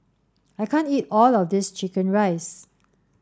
I can't eat all of this chicken rice